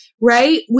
right